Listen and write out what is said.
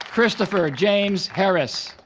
christopher james harris